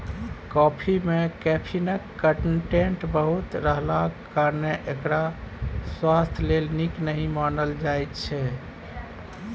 coffee मे कैफीनक content बहुत रहलाक कारणेँ एकरा स्वास्थ्य लेल नीक नहि मानल जाइ छै